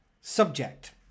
subject